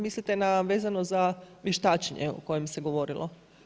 Mislite vezano za vještačenje o kojem se govorilo?